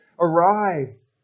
arrives